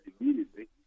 immediately